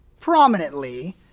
prominently